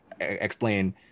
explain